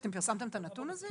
אתם פרסמתם את הנתון הזה?